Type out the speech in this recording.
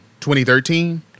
2013